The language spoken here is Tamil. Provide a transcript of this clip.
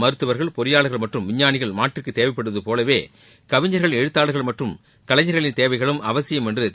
மருத்துவர்கள் பொறியாளர்கள் மற்றும் விஞ்ஞானிகள் நாட்டிற்கு தேவைப்படுவது போலவே கவிஞர்கள் எழுத்தாளர்கள் மற்றும் கலைஞர்களின் தேவைகளும் அவசியம் என்று திரு